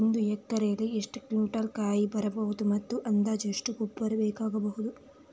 ಒಂದು ಎಕರೆಯಲ್ಲಿ ಎಷ್ಟು ಕ್ವಿಂಟಾಲ್ ಕಾಯಿ ಬರಬಹುದು ಮತ್ತು ಅಂದಾಜು ಎಷ್ಟು ಗೊಬ್ಬರ ಬೇಕಾಗಬಹುದು?